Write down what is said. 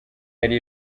yari